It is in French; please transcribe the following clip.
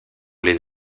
les